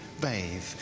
bathe